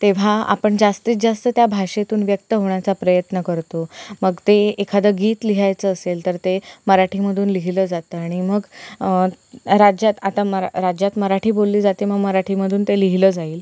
तेव्हा आपण जास्तीत जास्त त्या भाषेतून व्यक्त होण्याचा प्रयत्न करतो मग ते एखादं गीत लिहायचं असेल तर ते मराठीमधून लिहिलं जातं आणि मग राज्यात आता मरा राज्यात मराठी बोलली जाते मग मराठीमधून ते लिहिलं जाईल